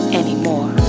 anymore